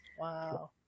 wow